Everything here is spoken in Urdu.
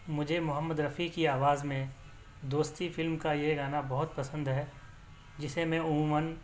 مجھے محمد رفیع کی آواز میں دوستی فلم کا یہ گانا بہت پسند ہے جسے میں عموماً